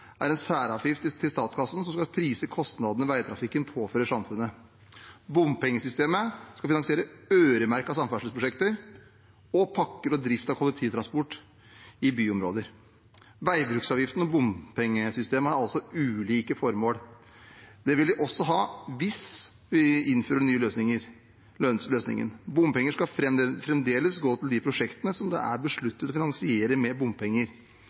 er en særavgift til statskassen og skal prise kostnadene veitrafikken påfører samfunnet. Bompengesystemet skal finansiere øremerkede samferdselsprosjekter og pakker og drift av kollektivtransport i byområder. Veibruksavgiften og bompengesystemet har altså ulike formål. Det vil de også ha hvis vi innfører den nye løsningen. Bompenger skal fremdeles gå til de prosjektene som det er besluttet å finansiere med bompenger,